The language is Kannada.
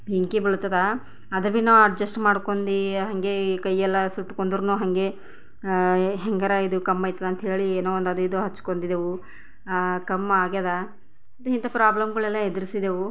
ಬೆಂಕಿ ಬೀಳ್ತದ ಅದು ಭೀ ನಾವು ಅಡ್ಜಸ್ಟ್ ಮಾಡ್ಕೊಂಡು ಹಾಗೆ ಕೈ ಎಲ್ಲ ಸುಟ್ಕೊಂಡ್ರೂ ಹಾಗೆ ಹೇಗಾರ ಇದು ಕಮ್ಮಿ ಆಯ್ತದ ಅಂತ ಹೇಳಿ ಏನೊ ಒಂದು ಅದು ಇದು ಹಚ್ಕೊಂಡಿದ್ದೆವು ಕಮ್ಮಿ ಆಗ್ಯದ ಇಂಥ ಪ್ರಾಬ್ಲಮ್ಗಳೆಲ್ಲ ಎದುರಿಸಿದೆವು